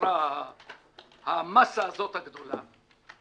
נוצרה המסה הגדולה הזאת?